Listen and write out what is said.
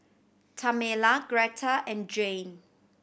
Tamela Gretta and Jayne